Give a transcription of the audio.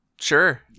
sure